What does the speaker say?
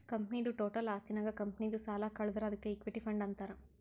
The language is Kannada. ಕಂಪನಿದು ಟೋಟಲ್ ಆಸ್ತಿ ನಾಗ್ ಕಂಪನಿದು ಸಾಲ ಕಳದುರ್ ಅದ್ಕೆ ಇಕ್ವಿಟಿ ಫಂಡ್ ಅಂತಾರ್